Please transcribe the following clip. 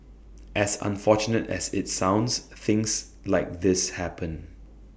as unfortunate as IT sounds things like this happen